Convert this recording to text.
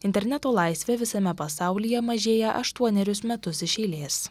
interneto laisvė visame pasaulyje mažėja aštuonerius metus iš eilės